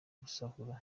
gusahura